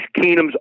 Keenum's